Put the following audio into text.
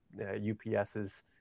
UPSs